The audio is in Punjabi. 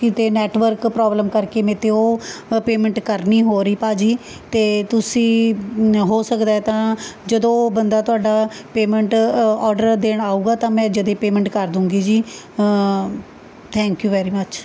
ਕਿਤੇ ਨੈਟਵਰਕ ਪ੍ਰੋਬਲਮ ਕਰਕੇ ਮੇਰੇ ਤੋਂ ਉਹ ਪੇਮੈਂਟ ਕਰ ਨਹੀਂ ਹੋ ਰਹੀ ਭਾਅ ਜੀ ਅਤੇ ਤੁਸੀਂ ਹੋ ਸਕਦਾ ਤਾਂ ਜਦੋਂ ਬੰਦਾ ਤੁਹਾਡਾ ਪੇਮੈਂਟ ਔਡਰ ਦੇਣ ਆਊਗਾ ਤਾਂ ਮੈਂ ਜਦੇ ਪੇਮੈਂਟ ਕਰ ਦੂੰਗੀ ਜੀ ਥੈਂਕ ਯੂ ਵੈਰੀ ਮੱਚ